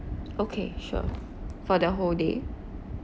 okay sure for the whole day